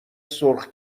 سرخ